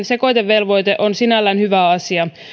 sekoitevelvoite on sinällään hyvä asia